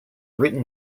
written